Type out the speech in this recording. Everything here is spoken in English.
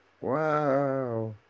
Wow